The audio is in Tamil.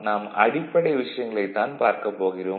நாம் அடிப்படை விஷயங்களைத் தான் பார்க்கப் போகிறோம்